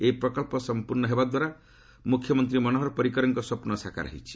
ଏହି ପ୍ରକଳ୍ପ ସଂପୂର୍ଣ୍ଣ ହେବା ଦ୍ୱାରା ମୁଖ୍ୟମନ୍ତ୍ରୀ ମନୋହର ପାରିକରଙ୍କ ସ୍ପପ୍ନ ସାକାର ହୋଇଛି